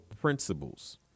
principles